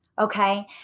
Okay